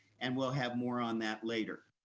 and we'll have more on that later.